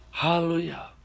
Hallelujah